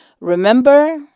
Remember